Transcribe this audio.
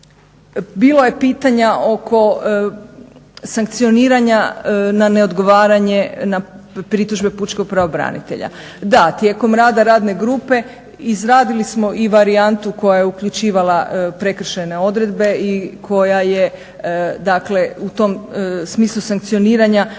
Bilo je pitanja oko sankcioniranja na neodgovaranje na pritužbe pučkog pravobranitelja. Da, tijekom rada radne grupe izradili smo i varijantu koja je uključivala prekršajne odredbe i koja je u tom smisli sankcioniranja